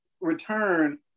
return